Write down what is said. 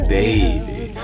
baby